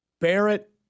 Barrett